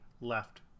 left